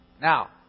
Now